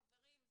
חברים,